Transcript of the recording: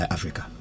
Africa